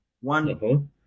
One